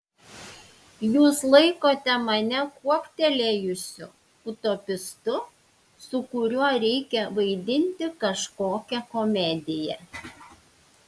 jūs laikote mane kuoktelėjusiu utopistu su kuriuo reikia vaidinti kažkokią komediją